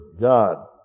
God